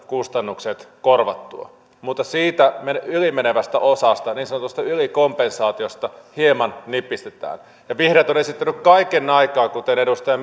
kustannukset korvattua mutta siitä yli menevästä osasta niin sanotusta ylikompensaatiosta hieman nipistetään ja vihreät ovat esittäneet kaiken aikaa kuten edustaja